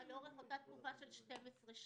שהיו לאורך אותה תקופה של 12 שנים.